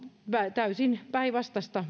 täysin päinvastaista